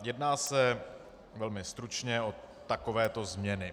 Jedná se, velmi stručně, o takovéto změny.